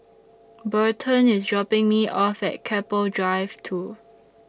Burton IS dropping Me off At Keppel Drive two